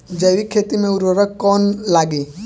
जैविक खेती मे उर्वरक कौन लागी?